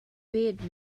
bid